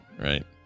right